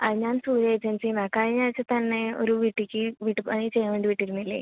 ആ ഞാൻ സൂര്യ ഏജൻസിയിൽ നിന്നാണ് കഴിഞ്ഞ ആഴ്ച തന്നെ ഒരു വീട്ടിലേക്ക് വീട്ട് പണി ചെയ്യാൻ വേണ്ടി വിട്ടിരുന്നില്ലേ